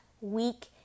week